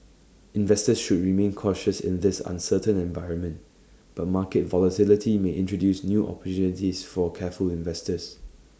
investors should remain cautious in this uncertain environment but market volatility may introduce new opportunities for careful investor